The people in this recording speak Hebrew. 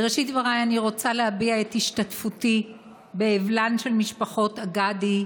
בראשית דבריי אני רוצה להביע את השתתפותי באבלן של משפחות אגדי,